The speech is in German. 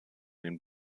den